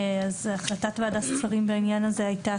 החלטת ועדת שרים בעניין הזה הייתה